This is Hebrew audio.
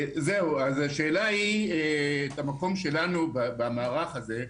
השאלה היא מה המקום שלנו במערך הזה,